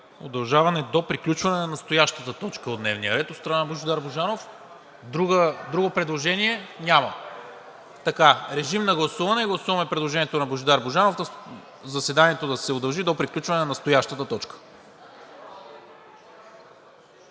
удължаване до приключване на настоящата точка от дневния ред от страна на Божидар Божанов. Друго предложение? Няма. Гласуваме предложението на Божидар Божанов заседанието да се удължи до приключване на настоящата точка.